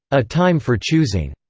a time for choosing